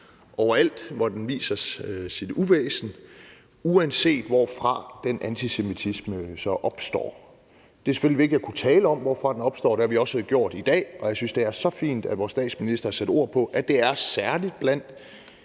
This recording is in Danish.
overalt, hvorfra den viser sit uvæsen, uanset hvorfra den antisemitisme så opstår. Det er selvfølgelig vigtigt at kunne tale om, hvor den opstår – det har vi også gjort i dag – og jeg synes, det er så fint, at vores statsminister har sat ord på, at det er særlig blandt